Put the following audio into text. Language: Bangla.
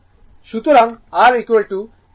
সুতরাং r 0157 Ω